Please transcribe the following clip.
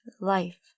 life